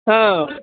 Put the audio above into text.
ହଁ